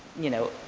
you know,